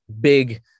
big